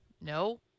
No